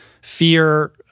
fear